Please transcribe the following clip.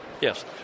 Yes